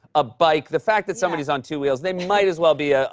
a bike the fact that somebody is on two wheels, they might as well be, ah